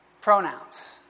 pronouns